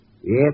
Yes